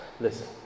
listen